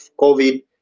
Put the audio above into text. COVID